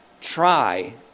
try